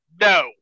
No